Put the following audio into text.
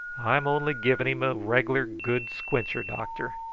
i'm only giving him a reg'lar good squencher, doctor.